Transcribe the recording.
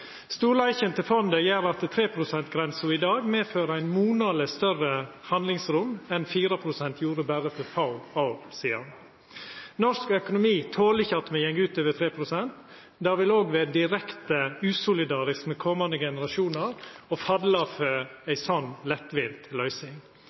Storleiken til fondet gjer at 3 pst.-grensa i dag medfører eit monaleg større handlingsrom enn 4 pst.-grensa gjorde for berre få år sidan. Norsk økonomi toler ikkje at me går utover 3 pst. Det vil òg vera direkte usolidarisk med komande generasjonar å falla for ei sånn lettvinn løysing. Innlegget frå Nesvik og